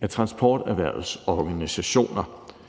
af transporterhvervets organisationer.